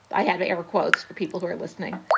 i have ever quotes for people who are listening